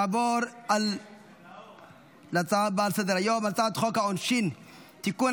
נעבור להצעה הבאה על סדר-היום הצעת חוק העונשין (תיקון,